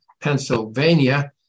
Pennsylvania